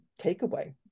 takeaway